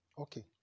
Okay